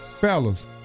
fellas